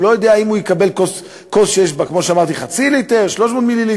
הוא לא יודע אם הוא יקבל כוס שיש בה חצי ליטר או 300 מיליליטר.